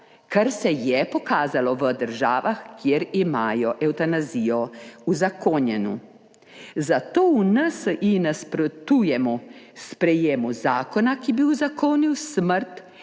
kar se je pokazalo v državah, kjer imajo evtanazijo uzakonjeno, zato v NSi nasprotujemo sprejemu zakona, ki bi uzakonil smrt